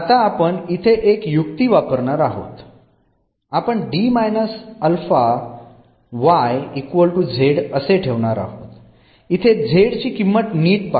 आता आपण इथे एक युक्ती वापरणार आहोत आपण असे ठेवणार आहोत इथे z ची किंमत नीट पहा